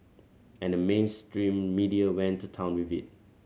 and the mainstream media went to town with it